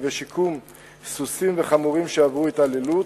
ושיקום של סוסים וחמורים שעברו התעללות.